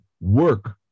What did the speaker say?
work